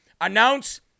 Announce